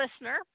listener